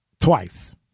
Twice